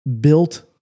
built